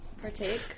partake